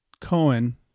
Cohen